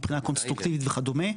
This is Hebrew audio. מבחינה קונסטרוקטיבית וכדומה.